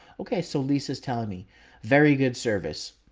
okay, so lisa's telling me very good service.